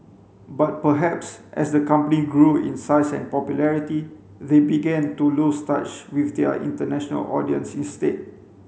but perhaps as the company grew in size and popularity they began to lose touch with their international audience instead